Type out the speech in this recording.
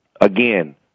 again